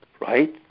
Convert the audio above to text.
right